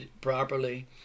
properly